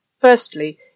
Firstly